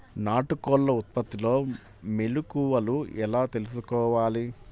నాటుకోళ్ల ఉత్పత్తిలో మెలుకువలు ఎలా తెలుసుకోవాలి?